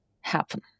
happen